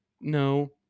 No